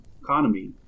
economy